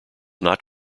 not